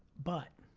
but